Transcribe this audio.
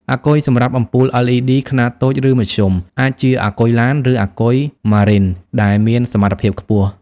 អាគុយសម្រាប់អំពូល LED ខ្នាតតូច ឬមធ្យម អាចជាអាគុយឡាន ឬអាគុយ Marine ដែលមានសមត្ថភាពខ្ពស់។